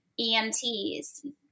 emts